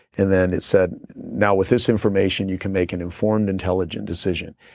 and then it said, now with this information, you can make an informed, intelligent decision.